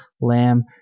lamb